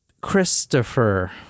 Christopher